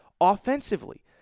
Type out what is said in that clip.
offensively